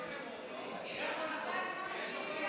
יש לכם רוב, לא?